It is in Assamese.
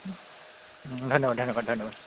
ধন্যবাদ ধন্যবাদ ধন্যবাদ